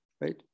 right